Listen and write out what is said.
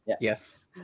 Yes